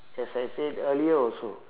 as I said earlier also